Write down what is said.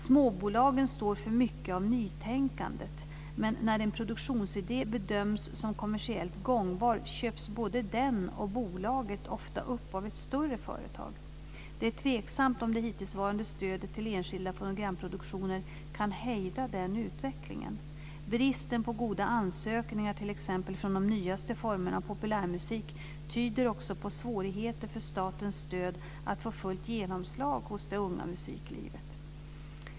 Småbolagen står för mycket av nytänkandet, men när en produktionsidé bedöms som kommersiellt gångbar köps både den och bolaget ofta upp av ett större företag. Det är tveksamt om det hittillsvarande stödet till enskilda fonogramproduktioner kan hejda den utvecklingen. Bristen på goda ansökningar t.ex. från de nyaste formerna av populärmusik tyder också på svårigheter för statens stöd att få fullt genomslag hos det unga musiklivet.